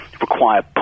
require